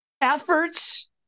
Efforts